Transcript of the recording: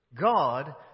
God